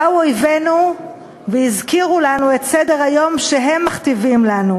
באו אויבינו והזכירו לנו את סדר-היום שהם מכתיבים לנו: